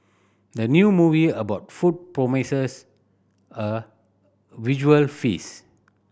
the new movie about food promises a visual feast